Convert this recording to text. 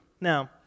now